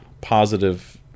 positive